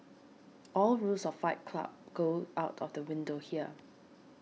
all rules of Fight Club go out of the window here